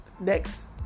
next